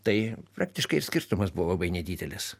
tai praktiškai ir skirtumas buvo labai nedidelis